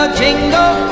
jingle